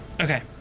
Okay